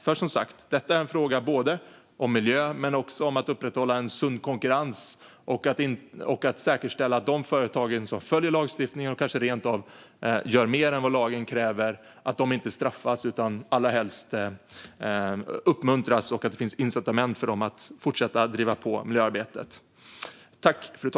Denna fråga handlar som sagt både om miljö, om att upprätthålla en sund konkurrens och om att säkerställa att de företag som följer lagstiftningen och kanske rent av gör mer än vad lagen kräver inte straffas utan allra helst uppmuntras och att det finns incitament för dem att fortsätta driva på miljöarbetet.